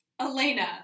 Elena